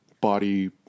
body